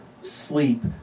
sleep